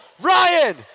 Ryan